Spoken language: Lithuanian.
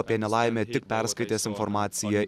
apie nelaimę tik perskaitęs informaciją